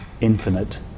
infinite